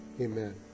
Amen